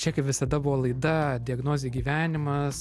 čia kaip visada buvo laida diagnozė gyvenimas